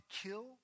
kill